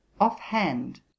off-hand